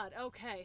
okay